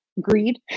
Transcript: Greed